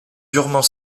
durement